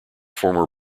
former